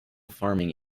farming